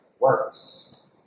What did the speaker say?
works